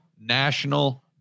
national